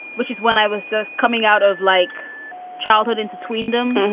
which is when i was just coming out of, like childhood into queendom